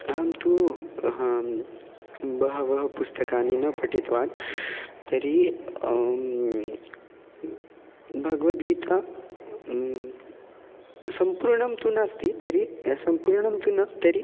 अहं तु बहवः पुस्तकानि न पठितवान् तर्हि भगवद्गीता सम्पूर्णं तु नास्ति तर्हि सम्पूर्णं तु न तर्हि